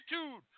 attitude